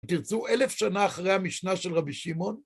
אתם תרצו אלף שנה אחרי המשנה של רבי שמעון?